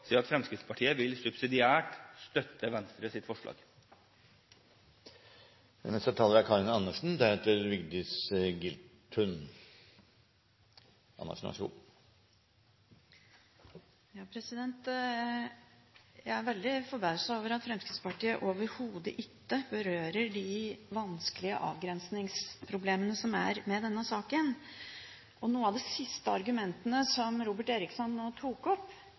at Fremskrittspartiet subsidiært vil støtte Venstres forslag. Jeg er veldig forbauset over at Fremskrittspartiet overhodet ikke berører de vanskelige avgrensingsproblemene som er i denne saken. Et av de siste argumentene som Robert Eriksson nå